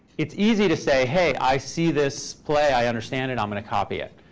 it's easy to say, hey, i see this play, i understand it, i'm going to copy it.